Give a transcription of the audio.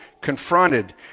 confronted